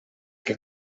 que